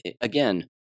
Again